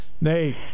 nate